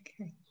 Okay